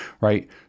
right